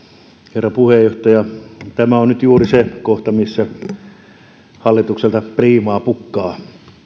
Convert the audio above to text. herra puheenjohtaja tämä on nyt juuri se kohta missä hallitukselta priimaa pukkaa